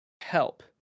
help